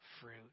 fruit